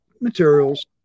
materials